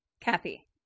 Kathy